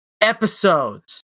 episodes